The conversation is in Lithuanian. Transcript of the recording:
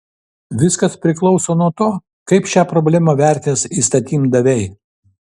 viskas priklauso nuo to kaip šią problemą vertins įstatymdaviai